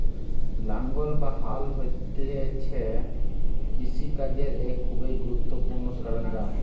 লাঙ্গল বা হাল হতিছে কৃষি কাজের এক খুবই গুরুত্বপূর্ণ সরঞ্জাম